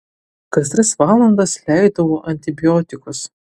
kas tris valandas leidau antibiotikus